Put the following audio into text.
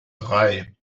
drei